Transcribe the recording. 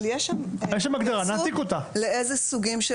אבל יש שם התייחסות לאיזה סוגים,